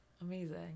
amazing